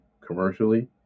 commercially